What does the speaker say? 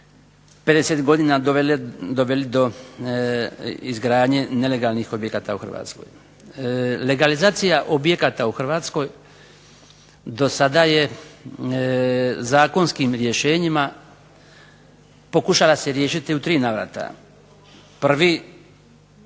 50 godina doveli do izgradnje nelegalnih objekata u Hrvatskoj. Legalizacija objekata u Hrvatskoj do sada je zakonskim rješenjima pokušala se riješiti u tri navrata. Prvo